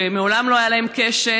שמעולם לא היה להן קשר,